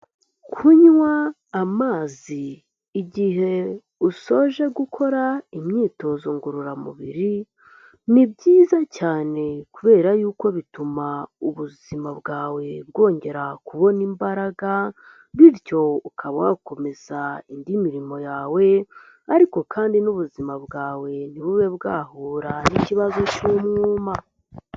Kunywa, amazi, igihe usoje gukora, imyitozo ngororamubiri, ni byiza cyane, kubera yuko bituma ubuzima bwawe, bwongera kubona imbaraga, bityo ukaba wakomeza, indi mirimo yawe, ariko kandi n'ubuzima bwawe, ntibube bwahura n'ikibazo cy'umwuma.